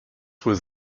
was